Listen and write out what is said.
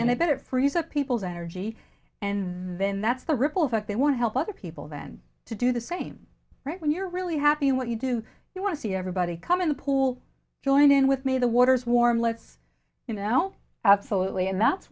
if it frees up people's energy and then that's the ripple effect they want to help other people then to do the same right when you're really happy what you do you want to see everybody come in the pool join in with me the water's warm lets you know absolutely and that's